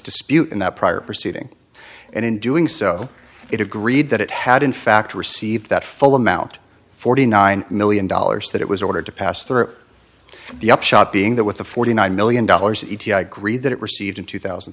dispute in that prior proceeding and in doing so it agreed that it had in fact received that full amount forty nine million dollars that it was ordered to pass through or the upshot being that with the forty nine million dollars of e t i agreed that it received in two thousand